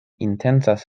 intencas